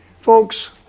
Folks